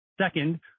Second